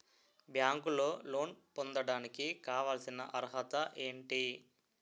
బ్యాంకులో లోన్ పొందడానికి కావాల్సిన అర్హత ఏంటి?